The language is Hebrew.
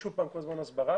שוב, כל הזמן הסברה.